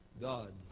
God